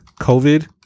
COVID